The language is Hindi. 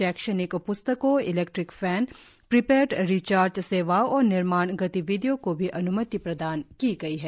शैक्षणिक प्स्तकों इलेक्ट्रिक फैन प्रीपेड रिचार्ज सेवाओं और निर्माण गतिविधियों को भी अन्मति प्रदान की गई है